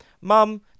Mum